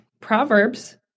proverbs